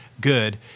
good